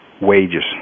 wages